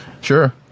Sure